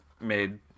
made